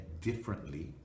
differently